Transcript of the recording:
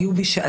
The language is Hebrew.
הוא אמר שזאת